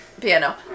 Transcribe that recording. Piano